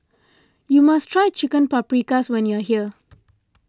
you must try Chicken Paprikas when you are here